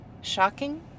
Shocking